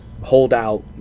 holdout